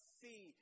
see